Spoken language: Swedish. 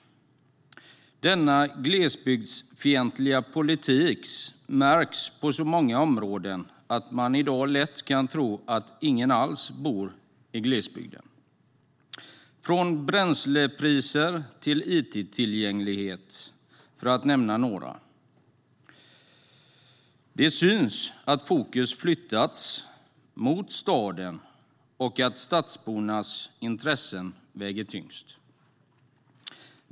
Denna glesbygdsfientliga politik märks på så många områden att man i dag lätt kan tro att ingen alls bor i glesbygden. Det gäller från bränslepriser till it-tillgänglighet - för att nämna några områden. Det syns att fokus har flyttats mot staden och att stadsbornas intressen väger tyngst.